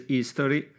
History